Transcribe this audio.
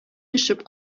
төшеп